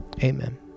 Amen